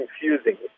confusing